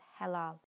Halal